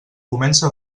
comença